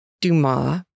Dumas